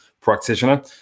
practitioner